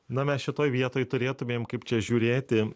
na mes šitoj vietoj turėtumėm kaip čia žiūrėti